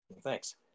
Thanks